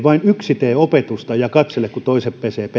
vain yksi tee opetusta ja katsele kun toiset pesevät